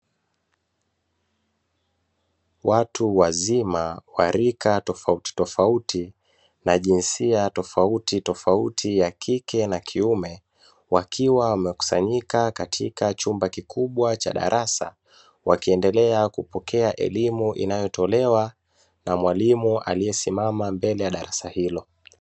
Watu wazima wa rika tofautitofauti na jinsia tofautitofauti ya kike na kiume, wakiwa wamekusanyika katika chumba kikubwa cha darasa wakiendelea kupokea elimu inayotolewa na mwalimu aliyesimama mbele ya darasa hilo.